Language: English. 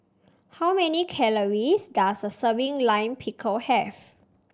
how many calories does a serving Lime Pickle have